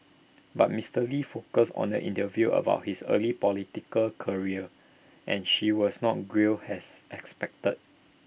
but Mister lee focused on the interview about his early political career and she was not grilled has expected